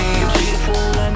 beautiful